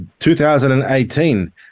2018